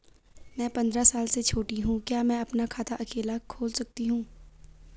मैं पंद्रह साल से छोटी हूँ क्या मैं अपना खाता अकेला खोल सकती हूँ?